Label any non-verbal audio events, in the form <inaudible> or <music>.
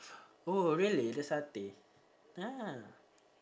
oh really the satay <noise>